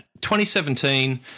2017